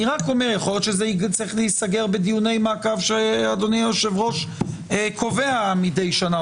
יכול להיות שזה צריך להיסגר בדיוני מעקב שאדוני היושב-ראש קובע מדי שנה,